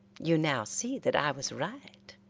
you now see that i was right.